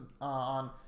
on